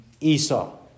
Esau